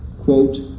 Quote